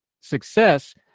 success